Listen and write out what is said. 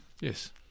Yes